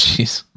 Jeez